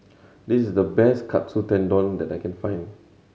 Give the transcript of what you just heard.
this is the best Katsu Tendon that I can find